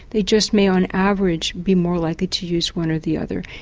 they just may on average be more likely to use one or the other.